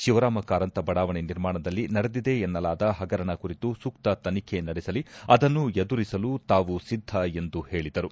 ಶಿವರಾಮ ಕಾರಂತ ಬಡಾವಣೆ ನಿರ್ಮಾಣದಲ್ಲಿ ನಡೆದಿದೆ ಎನ್ನಲಾದ ಪಗರಣ ಕುರಿತು ಸೂಕ್ತ ತನಿಖೆ ನಡೆಸಲಿ ಅದನ್ನು ಎದುರಿಸಲು ತಾವು ಸಿದ್ಧ ಎಂದು ಹೇಳಿದರು